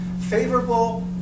favorable